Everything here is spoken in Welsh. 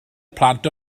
plant